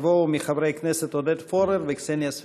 יבואו מחברי כנסת עודד פורר וקסניה סבטלובה.